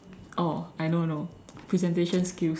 oh I know I know presentation skills